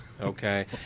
okay